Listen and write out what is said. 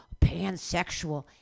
pansexual